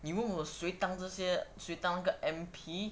你问我谁当这些谁当那个 M_P